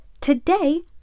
Today